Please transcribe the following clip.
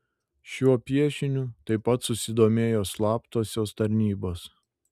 šiuo piešiniu taip pat susidomėjo slaptosios tarnybos